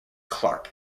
clark